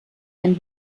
ein